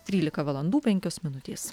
trylika valandų penkios minutės